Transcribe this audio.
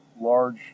large